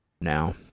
now